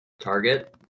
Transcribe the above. Target